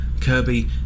Kirby